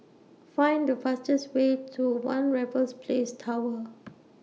Find The fastest Way to one Raffles Place Tower